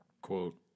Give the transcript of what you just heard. quote